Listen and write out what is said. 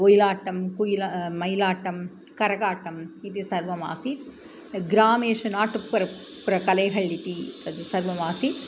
वैलाट्टं कुय्ल मैलाट्टं कर्गाट्टम् इति सर्वम् आसीत् ग्रामेषु नाटुप्पर् प्रकलेहळ् इति तद् सर्वम् आसीत्